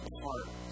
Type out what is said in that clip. heart